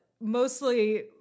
Mostly